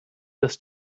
das